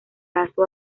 lazo